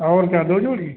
और क्या दो जोड़ी